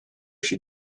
she